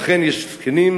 אכן, יש זקנים,